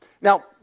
Now